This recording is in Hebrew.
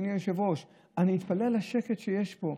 אדוני היושב-ראש: אני מתפלא על השקט שיש פה.